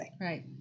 Right